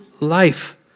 life